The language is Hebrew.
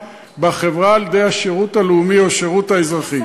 בחברה על-ידי השירות הלאומי או השירות האזרחי.